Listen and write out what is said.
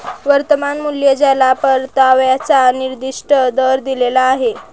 वर्तमान मूल्य ज्याला परताव्याचा निर्दिष्ट दर दिलेला आहे